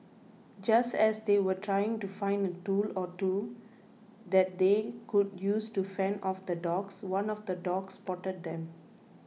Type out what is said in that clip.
just as they were trying to find a tool or two that they could use to fend off the dogs one of the dogs spotted them